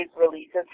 releases